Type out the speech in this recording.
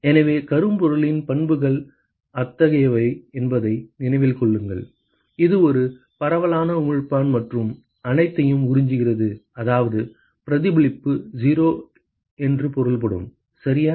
எனவே கருப்பொருளின் பண்புகள் அத்தகையவை என்பதை நினைவில் கொள்ளுங்கள் இது ஒரு பரவலான உமிழ்ப்பான் மற்றும் அனைத்தையும் உறிஞ்சுகிறது அதாவது பிரதிபலிப்பு 0 என்று பொருள்படும் சரியா